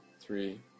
three